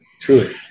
truly